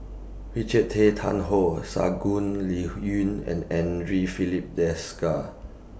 Richard Tay Tian Hoe Shangguan Liuyun and Andre Filipe Desker